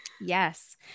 Yes